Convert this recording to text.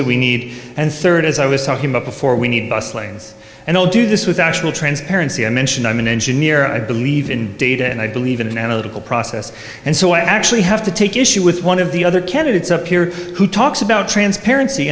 that we need and rd as i was talking about before we need bus lanes and i'll do this with actual transparency i mentioned i'm an engineer i believe in data and i believe in an analytical process and so i actually have to take issue with one of the other candidates up here who talks about transparency